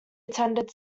attended